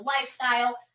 lifestyle